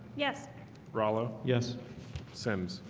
yes rallo yes simms.